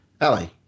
Allie